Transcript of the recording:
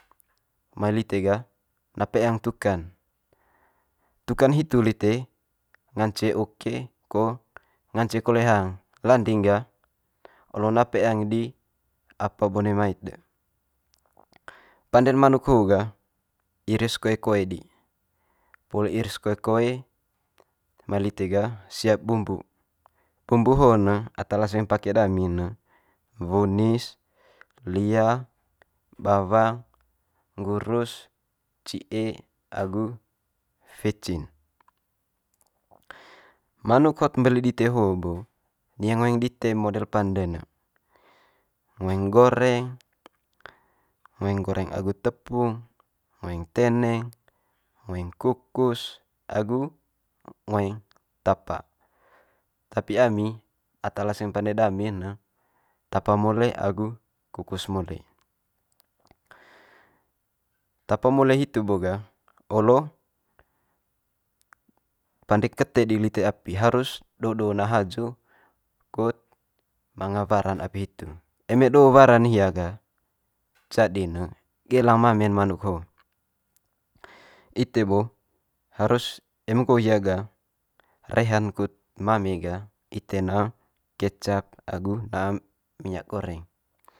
mai lite ga na peang tuka'n. Tuka'n hitu lite ngance oke ko ngance kole hang, landing gah olo na peang di apa bone mai'd de. Pande'n manuk ho ga iris koe koe di, poli iris koe koe mai lite gah siap bumbu, bumbu ho'n ne ata laseng pake dami ne wunis lia bawang nggurus ci'e agu vecin. Manuk hot mbele dite ho bo nia ngoeng dite model pande ne ngoeng goreng ngoeng goreng agu tepung ngoeng teneng ngoeng kukus agu ngoeng tapa. Tapi ami ata laseng pande dami'n ne tapa mole agu kukus mole. Tapa mole hitu bo ga olo pande kete di lite api harus do do na haju kut manga wara'n api hitu. Eme do wara'n hia ga jadi'n ne gelang mame'n manuk ho. Itu bo harus eme nggo hia ga reha'n kut mame ga ite na kecap agu na minyak goreng